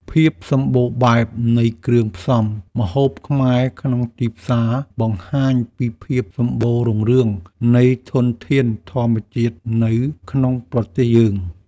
ភាពសម្បូរបែបនៃគ្រឿងផ្សំម្ហូបខ្មែរក្នុងទីផ្សារបង្ហាញពីភាពសំបូររុងរឿងនៃធនធានធម្មជាតិនៅក្នុងប្រទេសយើង។